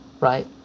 Right